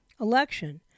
election